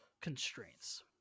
constraints